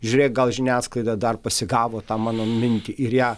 žiūrėk gal žiniasklaida dar pasigavo tą mano mintį ir ją